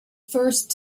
first